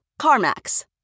CarMax